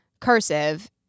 cursive